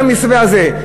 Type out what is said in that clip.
את המסווה הזה,